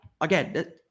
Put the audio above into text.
Again